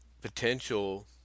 Potential